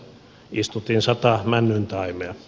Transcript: istutin sata männyntaimea